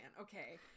Okay